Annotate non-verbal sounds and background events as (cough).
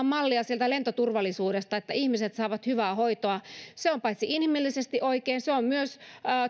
(unintelligible) mallia lentoturvallisuudesta että ihmiset saavat hyvää hoitoa se on inhimillisesti oikein se on myös